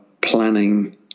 planning